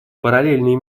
параллельные